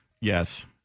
yes